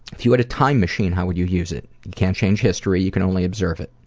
if you had a time machine, how would you use it? you can't change history, you can only observe it.